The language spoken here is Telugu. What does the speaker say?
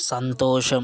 సంతోషం